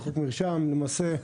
חוק מרשם, למעשה,